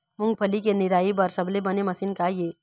मूंगफली के निराई बर सबले बने मशीन का ये?